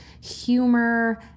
humor